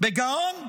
בגאון?